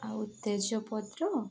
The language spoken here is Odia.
ଆଉ ତେଜପତ୍ର